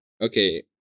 okay